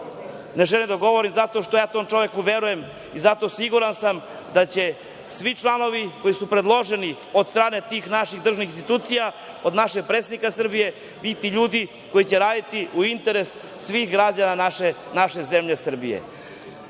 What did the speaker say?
ne želim da govorim, zato što ja tom čoveku verujem, i zato siguran sam da će svi članovi koji su predloženi od strane tih naših državnih institucija, od našeg predsednika Srbije biti ljudi koji će raditi u interesu svih građana naše zemlje Srbije. Još